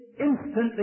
instantly